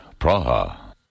Praha